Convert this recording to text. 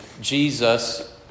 Jesus